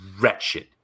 wretched